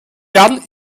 werden